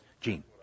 Gene